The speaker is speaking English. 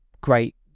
great